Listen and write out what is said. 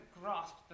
grasp